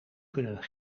kunnen